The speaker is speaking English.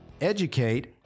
educate